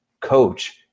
coach